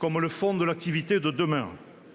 comme « le fond de l'activité de demain